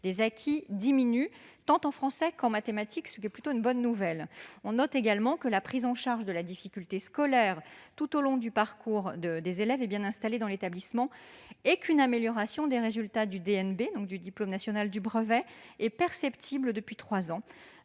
des acquis diminue, tant en français qu'en mathématiques, ce qui est plutôt une bonne nouvelle. De plus, on note que la prise en charge de la difficulté scolaire tout au long du parcours des élèves est bien installée dans l'établissement et qu'une amélioration des résultats au diplôme national du brevet (DNB) est perceptible depuis trois ans.